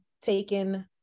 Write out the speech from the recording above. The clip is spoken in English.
taken